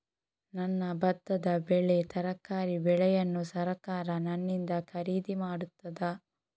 ನನ್ನ ಭತ್ತದ ಬೆಳೆ, ತರಕಾರಿ ಬೆಳೆಯನ್ನು ಸರಕಾರ ನನ್ನಿಂದ ಖರೀದಿ ಮಾಡುತ್ತದಾ?